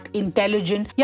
intelligent